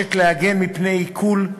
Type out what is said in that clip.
מבקשת להגן מפני עיקול,